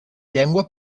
llengua